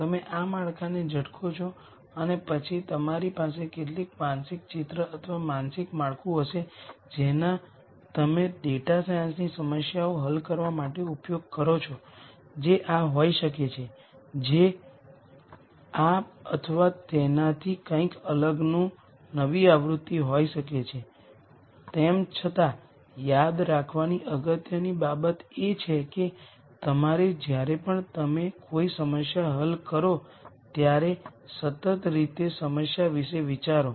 તમે આ માળખાને ઝટકો છો અને પછી તમારી પાસે કેટલીક માનસિક ચિત્ર અથવા માનસિક માળખું હશે જેનો તમે ડેટા સાયન્સની સમસ્યાઓ હલ કરવા માટે ઉપયોગ કરો છો જે આ હોઈ શકે છે જે આ અથવા તેનાથી કંઇક અલગનું નવી આવૃત્તિ હોઈ શકે છે તેમ છતાં યાદ રાખવાની અગત્યની બાબત એ છે કે તમારે જ્યારે પણ તમે કોઈ સમસ્યા હલ કરો ત્યારે સતત રીતે સમસ્યા વિશે વિચારો